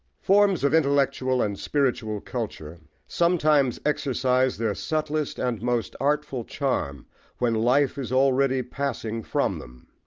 forms of intellectual and spiritual culture sometimes exercise their subtlest and most artful charm when life is already passing from them.